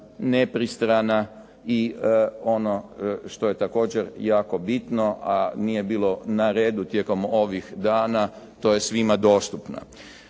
nepristrana i ono što je također jako bitno, a nije bilo dostupno tijekom ovih dana to je svima dostupno.